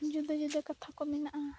ᱡᱩᱫᱟᱹᱼᱡᱩᱫᱟᱹ ᱠᱟᱛᱷᱟᱠᱚ ᱢᱮᱱᱟᱜᱼᱟ